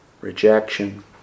rejection